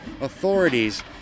authorities